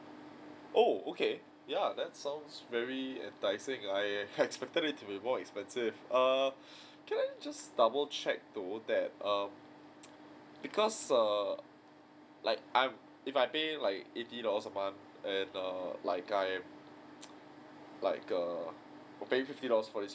oh okay ya that's sounds very enticing I expected it to be more expensive err can I just double check though that um because err like I'm if I pay like eighty dollars a month and err like I'm like err I pay fifty dollar for this